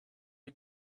you